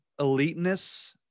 eliteness